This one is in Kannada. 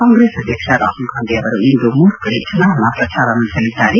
ಕಾಂಗ್ರೆಸ್ ಅಧ್ಯಕ್ಷ ರಾಹುಲ್ ಗಾಂಧಿ ಅವರು ಇಂದು ಮೂರು ಕಡೆ ಚುನಾವಣಾ ಪ್ರಚಾರ ನಡೆಸಲಿದ್ದಾರೆ